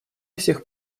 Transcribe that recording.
всех